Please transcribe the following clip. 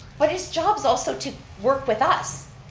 but his job's also to work with us.